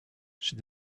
she